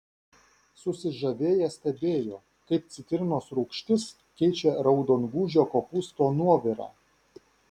susižavėję stebėjo kaip citrinos rūgštis keičia raudongūžio kopūsto nuovirą